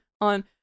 on